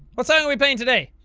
what song are we playing today?